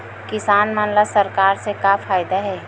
किसान मन ला सरकार से का फ़ायदा हे?